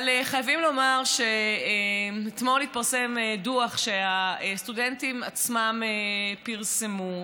אבל חייבים לומר שאתמול התפרסם דוח שהסטודנטים עצמם פרסמו.